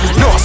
no